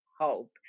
hope